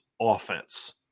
offense